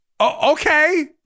Okay